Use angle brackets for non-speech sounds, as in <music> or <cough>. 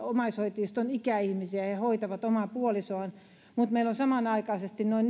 <unintelligible> omaishoitajista on ikäihmisiä ja he hoitavat omaa puolisoaan mutta meillä on samanaikaisesti noin <unintelligible>